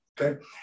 Okay